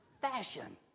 fashion